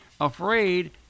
afraid